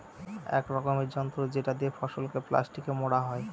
এক রকমের যন্ত্র যেটা দিয়ে ফসলকে প্লাস্টিকে মোড়া হয়